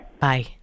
Bye